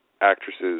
actresses